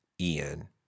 Ian